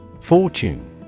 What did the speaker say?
Fortune